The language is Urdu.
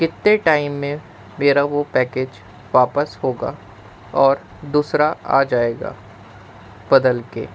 کتنے ٹائم میں میرا وہ پیکج واپس ہوگا اور دوسرا آ جائے گا بدل کے